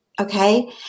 Okay